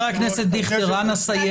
חבר הכנסת דיכטר, אנא סיים.